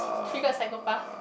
triggered psychopath